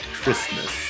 Christmas